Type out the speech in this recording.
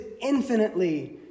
infinitely